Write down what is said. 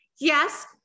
yes